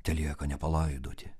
telieka nepalaidoti